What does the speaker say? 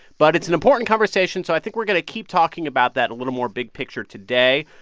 but it's an important conversation, so i think we're going to keep talking about that a little more big picture today.